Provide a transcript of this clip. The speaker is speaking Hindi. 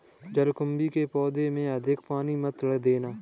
जलकुंभी के पौधों में अधिक पानी मत देना